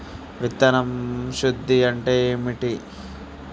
విత్తన శుద్ధి అంటే ఏంటి?